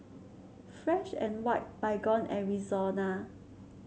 Fresh And White Baygon and Rexona